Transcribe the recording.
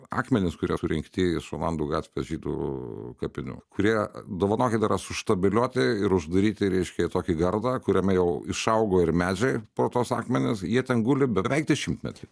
akmenys kurie surinkti iš olandų gatvės žydų kapinių kurie dovanokit yra suštabilizuoti ir uždaryti reiškia į tokį gardą kuriame jau išaugo ir medžiai pro tuos akmenis jie ten guli beveik dešimtmetį